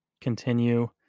continue